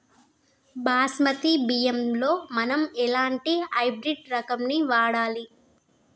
బాస్మతి బియ్యంలో మనం ఎలాంటి హైబ్రిడ్ రకం ని వాడాలి?